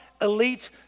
elite